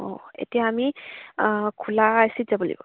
অঁ এতিয়া আমি খোলা আইচিত যাব লাগিব